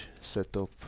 setup